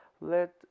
Let